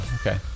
okay